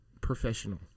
professional